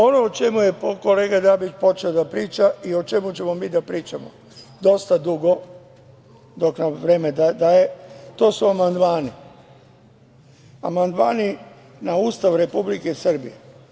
Ono o čemu je kolega Dabić počeo da priča i o čemu ćemo mi da pričamo, dosta dugo, dok nam vreme daje, to su amandmani - amandmani na Ustav Republike Srbije.